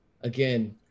again